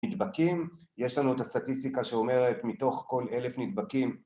נדבקים, יש לנו את הסטטיסטיקה שאומרת מתוך כל אלף נדבקים